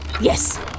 Yes